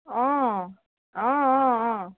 অঁ অঁ অঁ অঁ